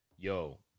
Yo